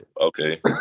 Okay